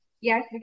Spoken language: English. yes